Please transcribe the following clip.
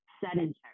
sedentary